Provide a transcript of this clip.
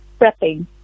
prepping